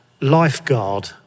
Lifeguard